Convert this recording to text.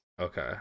Okay